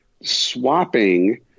swapping